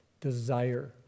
desire